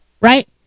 right